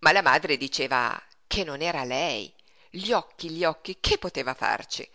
ma la madre diceva che non era lei gli occhi gli occhi che poteva farci